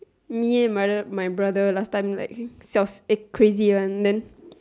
me and my br~ my brother last time like siao eh crazy one then